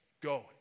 go